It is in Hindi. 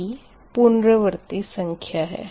p पुनरावर्ती संख्या है